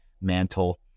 Mantle